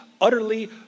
utterly